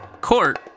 court